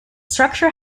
structure